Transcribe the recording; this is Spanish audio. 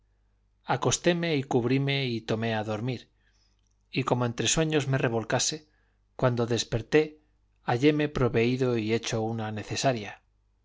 muerte acostéme y cubríme y torné a dormir y como entre sueños me revolcase cuando desperté halléme proveído y hecho una necesaria